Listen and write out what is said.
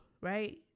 right